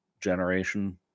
generation